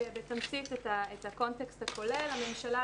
הממשלה,